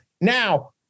Now